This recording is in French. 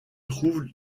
trouve